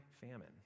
famine